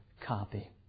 copy